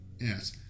Yes